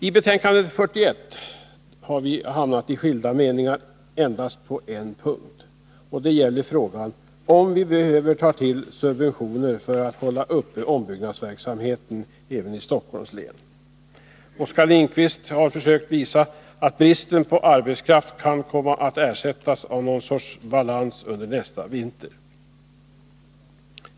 I betänkande 41 har vi skilda meningar endast på en punkt. Det gäller frågan om vi behöver ta till subventioner för att hålla uppe ombyggnadsverksamheten i Stockholms län. Oskar Lindkvist har försökt visa att bristen på arbetskraft kan komma att ersättas av någon sorts balans under nästa vinter.